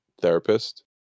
therapist